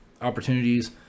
opportunities